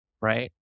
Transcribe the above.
Right